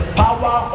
power